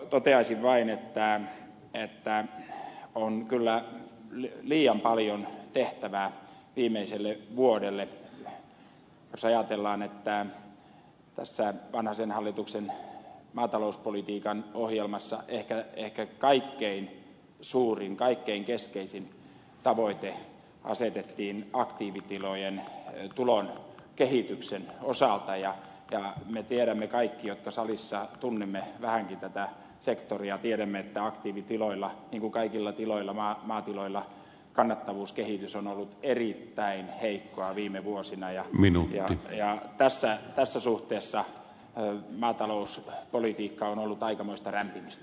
toteaisin vain että on kyllä liian paljon tehtävää viimeiselle vuodelle jos ajatellaan että tässä vanhasen hallituksen maatalouspolitiikan ohjelmassa ehkä kaikkein suurin kaikkein keskeisin tavoite asetettiin aktiivitilojen tulon kehityksen osalta ja me tiedämme kaikki jotka salissa tunnemme vähänkin tätä sektoria että aktiivitiloilla niin kuin kaikilla maatiloilla kannattavuuskehitys on ollut erittäin heikkoa viime vuosina ja tässä suhteessa maatalouspolitiikka on ollut aikamoista rämpimistä